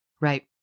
Right